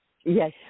Yes